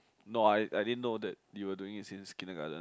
no I I I didn't know you were doing it since Kindergarden